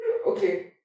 Okay